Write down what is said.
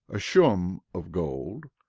a shum of gold,